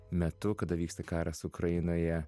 metu kada vyksta karas ukrainoje